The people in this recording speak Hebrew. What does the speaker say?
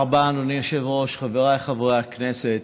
תודה, חבר הכנסת